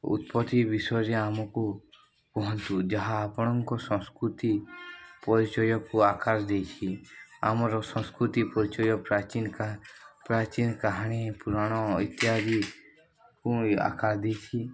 ଉତ୍ପତ୍ତି ବିଷୟରେ ଆମକୁ କୁହନ୍ତୁ ଯାହା ଆପଣଙ୍କ ସଂସ୍କୃତି ପରିଚୟକୁ ଆକାର ଦେଇଛି ଆମର ସଂସ୍କୃତି ପରିଚୟ ପ୍ରାଚୀନ କା ପ୍ରାଚୀନ କାହାଣୀ ପୁରାଣ ଇତ୍ୟାଦିକୁ ଆକାର ଦେଇଛି